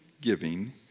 giving